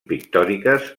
pictòriques